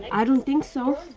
i don't think so.